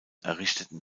errichteten